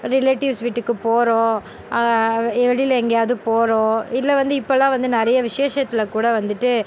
relatives வீட்டுக்கு போகிறோம் வெளியில எங்கையாவது போகிறோம் இல்லை வந்து இப்போலாம் வந்து நிறைய விசேஷத்தில் கூட வந்துட்டு